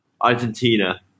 Argentina